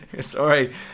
sorry